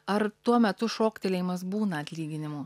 ar tuo metu šoktelėjimas būna atlyginimų